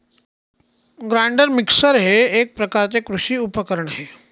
grinder mixer हे एक प्रकारचे कृषी उपकरण आहे